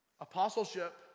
apostleship